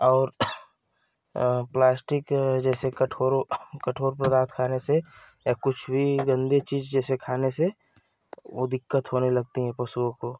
और प्लास्टिक जैसे कठोर ओ कठोर पदार्थ खाने से या कुछ वी गंदी चीज़ जैसे खाने से वो दिक्कत होने लगती हैं पशुओं को